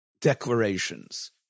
declarations